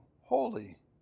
holy